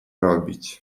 robić